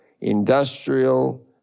industrial